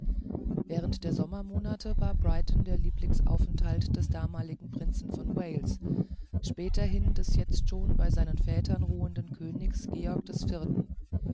während der sommermonate war brighton der lieblingsaufenthalt des damaligen prinzen von wales späterhin des jetzt schon bei seinen vätern ruhenden königs georgs des vierten